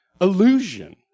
illusion